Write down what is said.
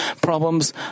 problems